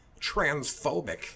transphobic